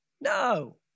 No